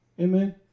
Amen